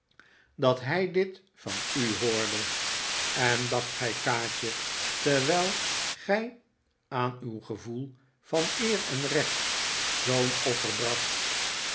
dat hij dit van u hoorde en dacht gij kaatje terwijl gij aan uw gevoel van eer en recht zoo'n offer bracht